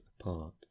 apart